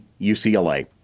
UCLA